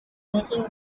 making